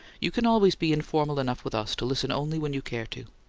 you can always be informal enough with us to listen only when you care to.